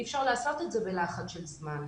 אי אפשר לעשות את זה בלחץ של זמן.